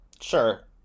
sure